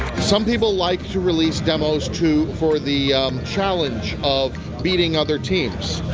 some people like to release demos to for the challenge of beating other teams.